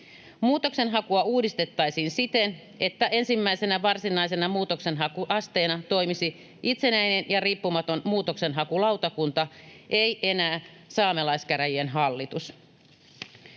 Muutoksenhakua uudistettaisiin siten, että ensimmäisenä varsinaisena muutoksenhakuasteena toimisi itsenäinen ja riippumaton muutoksenhakulautakunta, ei enää saamelaiskäräjien hallitus.